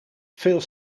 veel